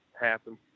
happen